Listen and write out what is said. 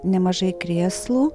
nemažai krėslų